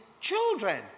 children